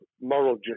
moral